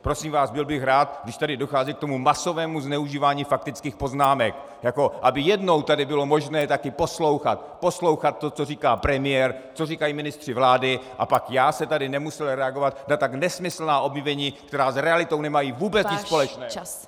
Prosím vás, byl bych rád, když tady dochází k tomu masovému zneužívání faktických poznámek, aby jednou tady bylo možné taky poslouchat, poslouchat to, co říká premiér, co říkají ministři vlády, a pak já tady nemusel reagovat na tak nesmyslná obvinění, která s realitou nemají vůbec nic společného!